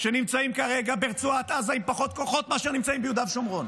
שנמצאים כרגע ברצועת עזה עם פחות כוחות מאשר שנמצאים ביהודה ושומרון,